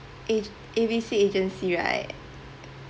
age~ A B C agency right